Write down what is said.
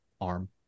arm